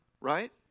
Right